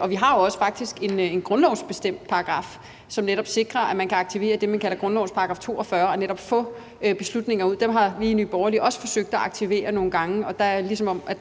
Og vi har jo faktisk også en grundlovsbestemt paragraf, som netop sikrer, at man kan aktivere det, man kalder grundlovens § 42, og netop få beslutninger ud. Den har vi i Nye Borgerlige også forsøgt at aktivere nogle gange, og der er det, som om der